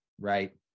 right